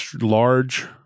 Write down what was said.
large